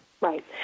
Right